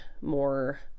more